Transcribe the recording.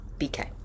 bk